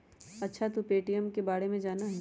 अच्छा तू पे.टी.एम के बारे में जाना हीं?